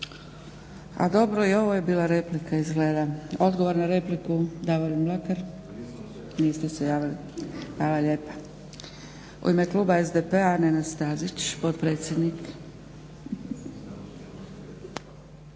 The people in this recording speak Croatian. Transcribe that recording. A dobro i ovo je bila replika izgleda. Odgovor na repliku, Davorin Mlakar, niste se javili. Hvala lijepa. U ime kluba SDP-a Nenad Stazić, potpredsjednik.